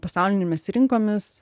pasaulinėmis rinkomis